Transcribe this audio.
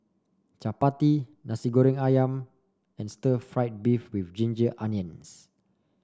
Chappati Nasi Goreng ayam and Stir Fried Beef with Ginger Onions